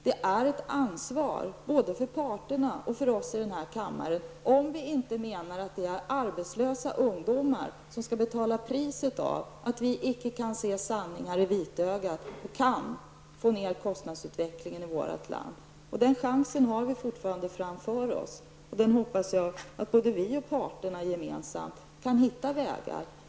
Det är ett ansvar både för parterna och för oss i den här kammaren, om vi inte menar att det är arbetslösa ungdomar som skall betala priset för att vi icke kan se sanningar i vitögat och kan få ned kostnadsutvecklingen i vårt land. Den chansen har vi fortfarande framför oss. Jag hoppas att både vi och parterna gemensamt kan hitta vägar.